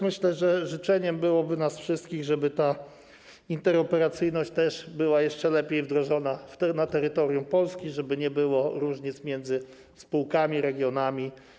Myślę, że życzeniem nas wszystkich byłoby, żeby ta interoperacyjność też była jeszcze lepiej wdrożona, w tym na terytorium Polski, tak żeby nie było różnic między spółkami, regionami.